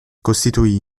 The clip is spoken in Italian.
costituì